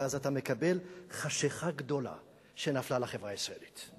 ואז אתה מקבל חשכה גדולה שנפלה על החברה הישראלית.